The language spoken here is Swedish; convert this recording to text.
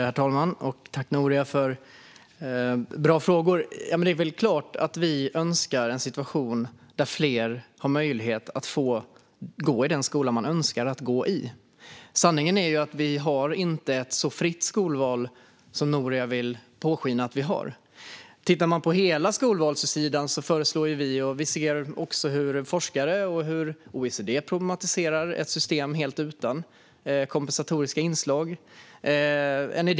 Herr talman! Tack, Noria, för bra frågor! Det är klart att vi önskar en situation där fler har möjlighet att få gå i den skola som de önskar att gå i. Sanningen är att vi inte har ett så fritt skolval som Noria vill påskina att vi har. Tittar man på hela skolvalssidan ser vi hur forskare och OECD problematiserar ett system helt utan kompensatoriska inslag.